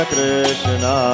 Krishna